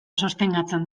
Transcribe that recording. sostengatzen